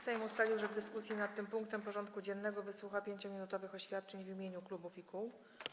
Sejm ustalił, że w dyskusji nad tym punktem porządku dziennego wysłucha 5-minutowych oświadczeń w imieniu klubów i kół.